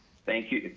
thank you.